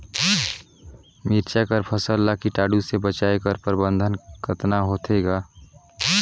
मिरचा कर फसल ला कीटाणु से बचाय कर प्रबंधन कतना होथे ग?